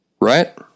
Right